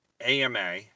AMA